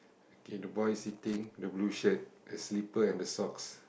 okay the boy sitting in the blue shirt the slipper and the socks